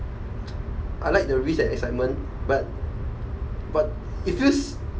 I like the risk and excitement but but it feels